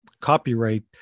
copyright